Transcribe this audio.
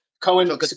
cohen